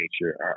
nature